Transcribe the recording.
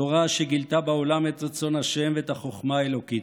תורה שגילתה בעולם את רצון השם ואת החוכמה האלוקית.